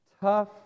tough